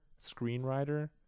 screenwriter